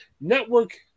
network